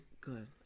Good